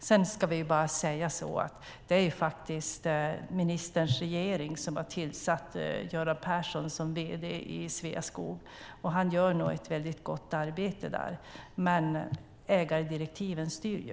Sedan ska sägas att det faktiskt är ministerns regering som har tillsatt Göran Persson som ordförande i Sveaskog. Han gör nog ett gott arbete där, men ägardirektiven styr ju.